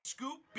Scoop